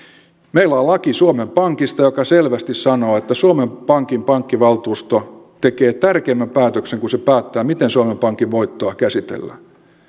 meillä on on laki suomen pankista joka selvästi sanoo että suomen pankin pankkivaltuusto tekee tärkeimmän päätöksen kun se päättää miten suomen pankin voittoa käsitellään